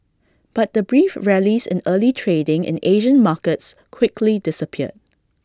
but the brief rallies in early trading in Asian markets quickly disappeared